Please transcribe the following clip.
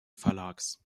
verlags